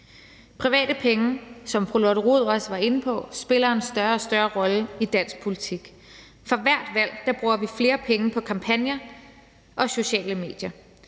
Private penge, som fru Lotte Rod også var inde på, spiller en større og større rolle i dansk politik. For hvert valg flere penge på kampagner og indhold på sociale medier.